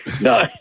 No